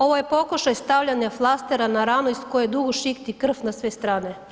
Ovo je pokušaj stavljanja flastera na radnu iz koje dugo šikti krv na sve strane.